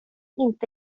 inte